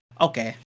Okay